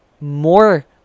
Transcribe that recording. more